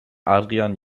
adrian